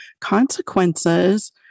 consequences